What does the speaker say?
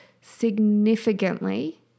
significantly